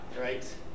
right